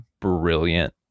brilliant